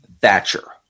Thatcher